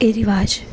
એ રિવાજ